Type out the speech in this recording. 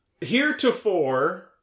heretofore